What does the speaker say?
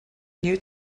new